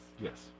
Yes